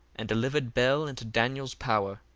and delivered bel into daniel's power,